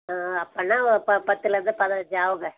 அப்போனா அப்போ பத்தில் இருந்து பதினைஞ்சு ஆகுங்க